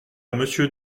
monsieur